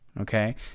okay